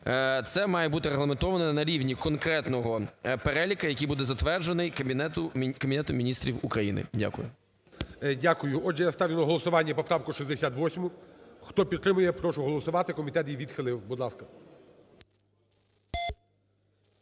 це має бути регламентовано на рівні конкретного переліку, який буде затверджений Кабінетом Міністрів України. Дякую. ГОЛОВУЮЧИЙ. Дякую. Отже, я ставлю на голосування поправку 68. Хто підтримує, я прошу голосувати, комітет її відхилив, будь ласка.